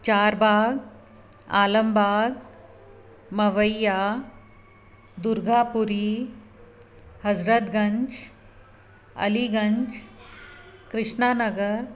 Charbagh Alambagh Mawaiya Durgapuri Hazratganj Aliganj Krishna Nagar